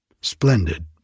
splendid